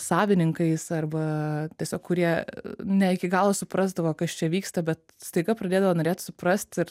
savininkais arba tiesiog kurie ne iki galo suprasdavo kas čia vyksta bet staiga pradėdavo norėt suprast ir